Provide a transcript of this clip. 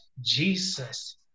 Jesus